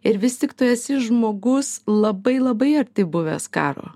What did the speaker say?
ir vis tik tu esi žmogus labai labai arti buvęs karo